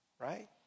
Right